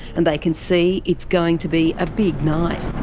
and they can see it's going to be a big night.